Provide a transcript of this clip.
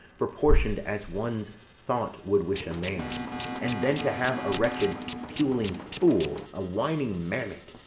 proportion'd as one's thought would wish a man and then to have a wretched puling fool, a whining mammet,